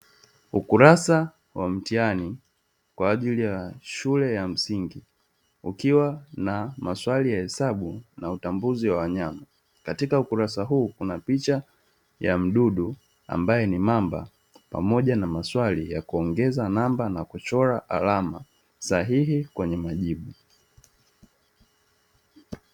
Ukurasa wa mtihani kwa ajili ya shule ya msingi, ukiwa na maswali ya hesabu na utambuzi wa wanyama. Katika ukurasa huu kuna picha ya mdudu ambaye ni mamba pamoja na maswali ya kuongeza namba, na kuchora alama sahihi kwenye majibu.